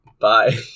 Bye